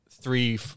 three